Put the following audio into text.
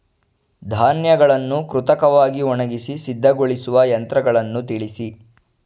ಧಾನ್ಯಗಳನ್ನು ಕೃತಕವಾಗಿ ಒಣಗಿಸಿ ಸಿದ್ದಗೊಳಿಸುವ ಯಂತ್ರಗಳನ್ನು ತಿಳಿಸಿ?